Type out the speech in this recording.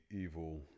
evil